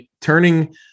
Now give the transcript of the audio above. turning